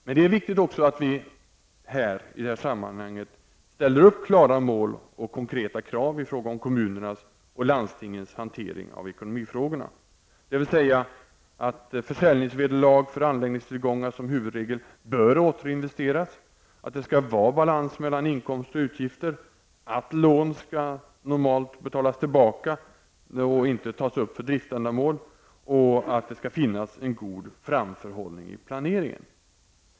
Men det är viktigt också att vi i det här sammanhanget ställer upp klara mål och konkreta krav i fråga om kommunernas och landstingens hantering av ekonomifrågorna, dvs. att försäljningsvederlag för anläggningstillgångar som huvudregel bör återinvesteras, att det skall vara balans mellan inkomster och utgifter, att lån normalt skall betalas tillbaka och inte tas upp för driftsändamål samt att det skall finnas en god framförhållning i planeringen.